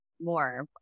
more